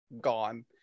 gone